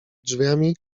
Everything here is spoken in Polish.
drzwiami